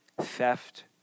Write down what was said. theft